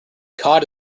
cod